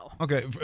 Okay